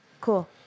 cool